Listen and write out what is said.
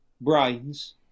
brains